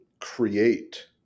create